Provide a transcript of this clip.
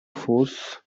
force